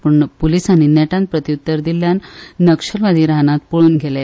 पण पुलिसांनी नेटान प्रत्युतर दिल्यान नक्षलवादी रानांत पळून गेले